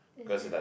is it